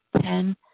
Ten